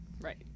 Right